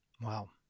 Wow